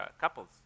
couples